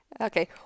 Okay